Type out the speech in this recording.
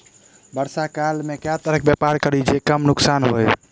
वर्षा काल मे केँ तरहक व्यापार करि जे कम नुकसान होइ?